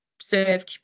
serve